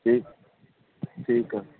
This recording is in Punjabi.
ਠੀਕ ਠੀਕ ਹੈ